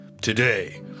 Today